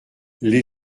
les